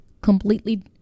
completely